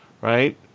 right